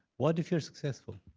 what if you're successful?